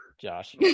Josh